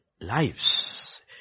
lives